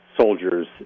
soldiers